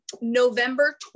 November